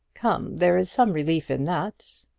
come, there is some relief in that.